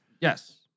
Yes